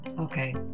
Okay